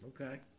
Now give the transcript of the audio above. Okay